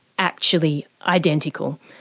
actually identical.